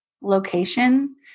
location